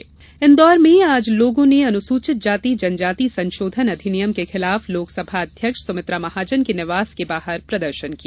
ज्ञापन इंदौर में आज लोगों ने अनुसूचित जाति जनजाति संशोधन अधिनियम के खिलाफ लेाकसभा अध्यक्ष सुमित्रा महाजन के निवास के बाहर प्रदर्शन किया